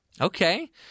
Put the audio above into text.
Okay